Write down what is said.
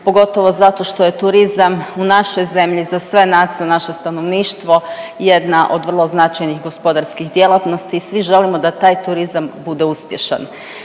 pogotovo zato što je turizam u našoj zemlji za sve nas, za naše stanovništvo jedna od vrlo značajnih gospodarskih djelatnosti, svi želimo da taj turizam bude uspješan.